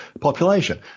population